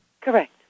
Correct